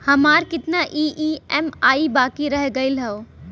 हमार कितना ई ई.एम.आई बाकी रह गइल हौ?